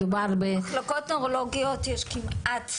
גם היום למיטב ידיעתי במחלקה נוירולוגית רגילה התקן לאחיות